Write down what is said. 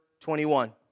21